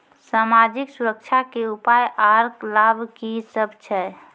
समाजिक सुरक्षा के उपाय आर लाभ की सभ छै?